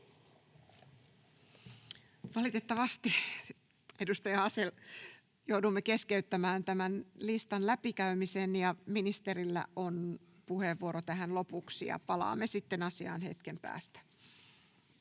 Valitettavasti, edustaja Asell, joudumme keskeyttämään tämän listan läpikäymisen. Ministerillä on puheenvuoro tähän lopuksi, ja palaamme sitten asiaan hetken päästä.